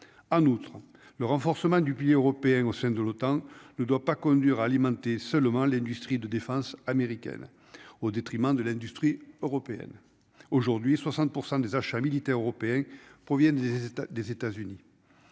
en outre, le renforcement du pilier européen au sein de l'OTAN ne doit pas conduire à alimenter seulement, l'industrie de défense américaine au détriment de l'industrie européenne aujourd'hui 60 % des achats militaires européens proviennent des états des